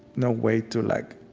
no way to like